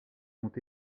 ont